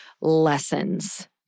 lessons